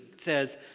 says